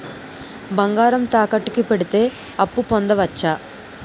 బంగారం తాకట్టు కి పెడితే అప్పు పొందవచ్చ?